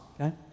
okay